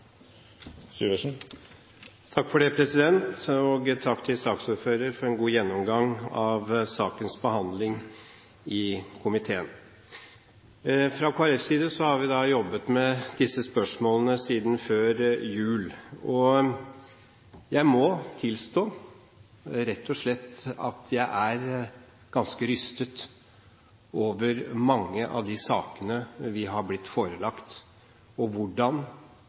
Takk til saksordføreren for en god gjennomgang av sakens behandling i komiteen. Fra Kristelig Folkepartis side har vi jobbet med disse spørsmålene siden før jul. Jeg må tilstå rett og slett at jeg er ganske rystet over mange av de sakene vi har blitt forelagt, og hvordan